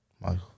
Michael